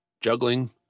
Juggling